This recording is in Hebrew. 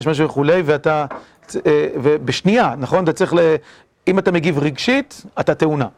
יש משהו וכולי, ואתה, ובשנייה, נכון? אתה צריך ל... אם אתה מגיב רגשית, אתה תאונה.